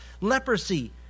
leprosy